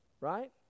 Right